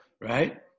right